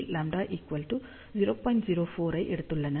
04 ஐ எடுத்துள்ளனர்